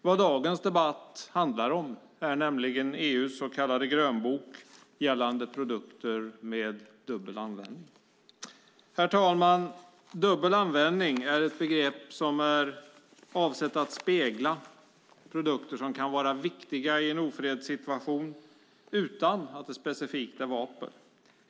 Vad dagens debatt handlar om är nämligen EU:s så kallade grönbok gällande produkter med dubbel användning. Herr talman! "Dubbel användning" är ett begrepp som är avsett att spegla produkter som kan vara viktiga i en ofredssituation utan att det specifikt är vapen.